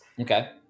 Okay